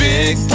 Big